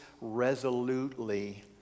resolutely